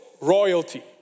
royalty